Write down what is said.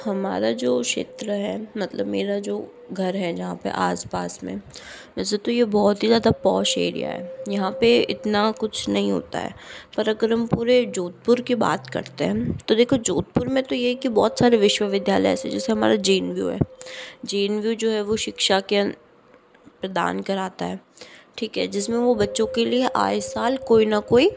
हमारा जो क्षेत्र है मतलब मेरा जो घर है जहाँ पर आस पास में वैसे तो ये बहुत ही ज्यादा पॉश एरिया है यहां पर इतना कुछ नहीं होता है पर अगर हम पूरे जोधपुर की बात करते हैं तो देखो जोधपुर मे तो ये है कि बहुत सारे विश्वविद्यालय है ऐसे हैं जैसे हमारा जे एन यू है जे एन यू जो है वो शिक्षा के प्रदान कराता है ठीक है जिसमें वो बच्चों के लिए आए साल कोई न कोई